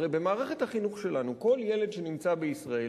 הרי במערכת החינוך שלנו כל ילד שנמצא בישראל,